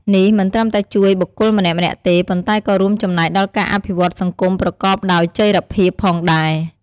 នេះមិនត្រឹមតែជួយបុគ្គលម្នាក់ៗទេ ប៉ុន្តែក៏រួមចំណែកដល់ការអភិវឌ្ឍសង្គមប្រកបដោយចីរភាពផងដែរ។